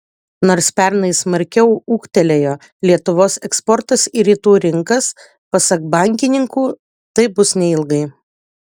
nors pernai smarkiau ūgtelėjo lietuvos eksportas į rytų rinkas pasak bankininkų taip bus neilgai